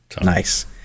Nice